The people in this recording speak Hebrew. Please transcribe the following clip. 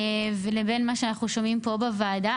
לבין מה שאנחנו שומעים פה בוועדה.